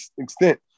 extent